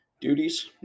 duties